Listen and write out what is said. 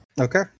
Okay